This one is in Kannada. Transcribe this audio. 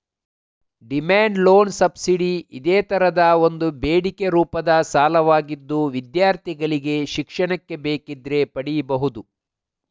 ಡಿಮ್ಯಾಂಡ್ ಲೋನ್ ಸಬ್ಸಿಡಿ ಇದೇ ತರದ ಒಂದು ಬೇಡಿಕೆ ರೂಪದ ಸಾಲವಾಗಿದ್ದು ವಿದ್ಯಾರ್ಥಿಗಳಿಗೆ ಶಿಕ್ಷಣಕ್ಕೆ ಬೇಕಿದ್ರೆ ಪಡೀಬಹುದು